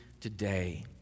today